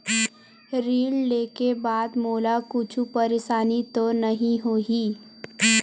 ऋण लेके बाद मोला कुछु परेशानी तो नहीं होही?